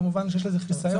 כמובן שיש לזה חיסיון.